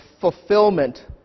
fulfillment